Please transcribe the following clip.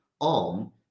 on